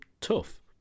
tough